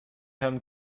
herrn